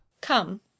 Come